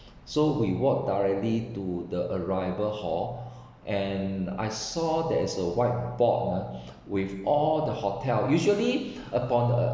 so we walked directly to the arrival hall and I saw that is a whiteboard ah with all the hotel usually upon